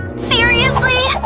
seriously!